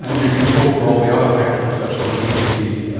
you controlled for all the other factors such as obesity,